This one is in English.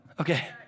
okay